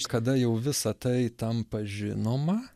kada jau visa tai tampa žinoma